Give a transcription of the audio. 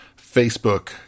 Facebook